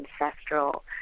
ancestral